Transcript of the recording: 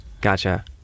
gotcha